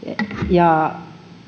ja